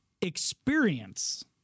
experience